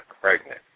pregnant